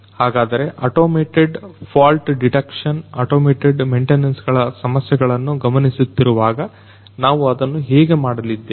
ಹಾಗಾದರೆ automated fault detection automated maintenance ಗಳ ಸಮಸ್ಯೆಗಳನ್ನು ಗಮನಿಸುತ್ತಿರು ವಾಗ ನಾವು ಅದನ್ನ ಹೇಗೆ ಮಾಡಲಿದ್ದೇವೆ